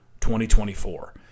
2024